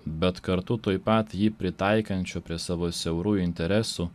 bet kartu tuoj pat jį pritaikančiu prie savo siaurų interesų